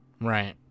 Right